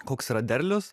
koks yra derlius